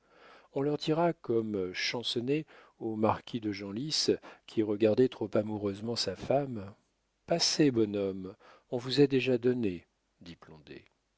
on leur dira comme champcenetz au marquis de genlis qui regardait trop amoureusement sa femme passez bonhomme on vous a déjà donné dit